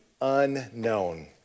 unknown